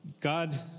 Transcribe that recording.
God